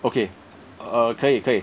okay err 可以可以